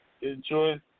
enjoy